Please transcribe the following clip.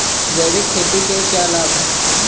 जैविक खेती के क्या लाभ हैं?